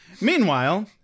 Meanwhile